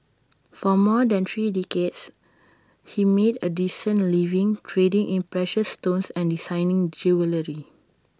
for more than three decades he made A decent living trading in precious stones and designing jewellery